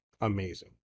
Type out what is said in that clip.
amazing